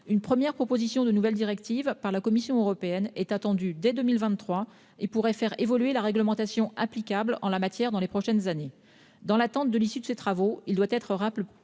Une première proposition de nouvelle directive de la Commission européenne est attendue dès 2023 et pourrait faire évoluer la réglementation applicable en la matière dans les prochaines années. En attendant l'issue de ces travaux, il faut rappeler